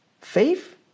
Faith